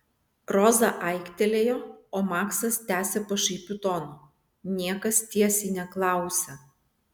roza aiktelėjo o maksas tęsė pašaipiu tonu niekas tiesiai neklausia